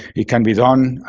it can be done.